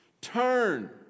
turn